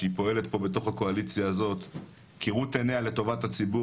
שהיא פועלת פה בתוך הקואליציה הזאת כראות עיניה לטובת הציבור,